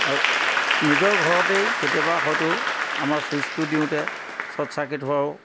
আৰু নিজৰ ঘৰতেই কেতিয়াবা হয়তো আমাৰ ছুইচটো দিওঁতে শ্বৰ্ট চাৰ্কিত হোৱাও